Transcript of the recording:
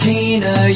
Tina